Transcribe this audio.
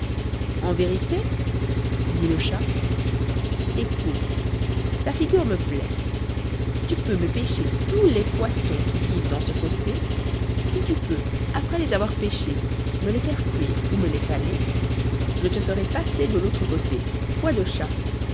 en vérité dit le chat écoute ta figure me plaît si tu peux me pêcher tous les poissons qui vivent dans ce fossé si tu peux après les avoir pêchés me les faire cuire ou me les saler je te ferai passer de l'autre côté foi de chat